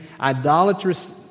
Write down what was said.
idolatrous